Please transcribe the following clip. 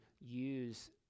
use